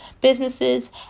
businesses